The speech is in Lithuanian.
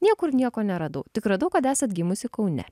niekur nieko neradau tik radau kad esat gimusi kaune